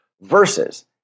Versus